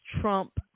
Trump